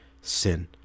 sin